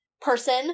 person